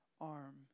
arm